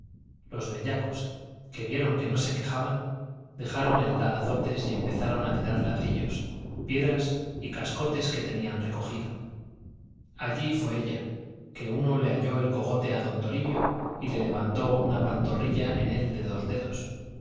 los bellacos que vieron que no se quejaban dejaron el dar azotes y empezaron a tirar ladrillos piedras y cascote que tenían recogido allí fue ella que uno le halló el cogote a don toribio y le levantó una pantorrilla en él de dos dedos